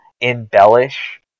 embellish